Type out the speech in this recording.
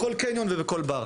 בכל קניון ובכל בר.